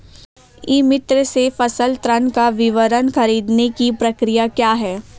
ई मित्र से फसल ऋण का विवरण ख़रीदने की प्रक्रिया क्या है?